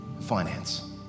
finance